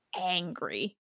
angry